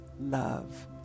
love